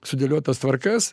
sudėliotas tvarkas